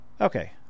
Okay